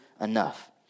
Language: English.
enough